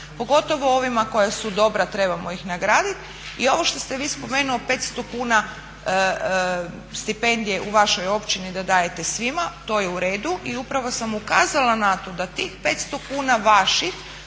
pogotovo o ovima koja su dobra trebamo ih nagraditi. I ovo što ste vi spomenuli 500 kuna stipendije u vašoj općini da dajete svima, to je u redu. Upravo sam ukazala na to da tih 500 kuna vaših